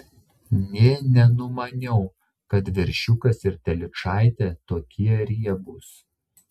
nė nenumaniau kad veršiukas ir telyčaitė tokie riebūs